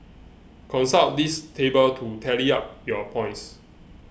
consult this table to tally up your points